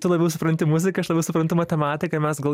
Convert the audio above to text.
tu labiau supranti muziką aš labiau suprantu matematiką mes gal